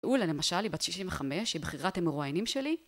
גאולה למשל, היא בת 65, היא בכירת המרואיינים שלי.